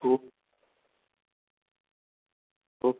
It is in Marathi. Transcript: हो हो